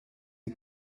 die